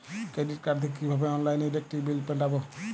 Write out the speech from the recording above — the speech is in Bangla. ক্রেডিট কার্ড থেকে কিভাবে অনলাইনে ইলেকট্রিক বিল মেটাবো?